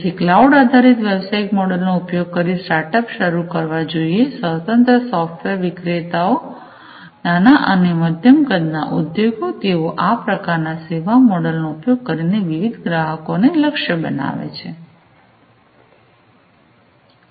તેથી ક્લાઉડ આધારિત વ્યવસાયિક મોડલનો ઉપયોગ કરી સ્ટાર્ટઅપ શરૂ કરવા જોઈએ સ્વતંત્ર સોફ્ટવેર વિક્રેતાઓ નાના અને મધ્યમ કદના ઉધોગો તેઓ આ પ્રકારના સેવા મોડલ નો ઉપયોગ કરીને વિવિધ ગ્રાહકો ને લક્ષ્ય બનાવેછે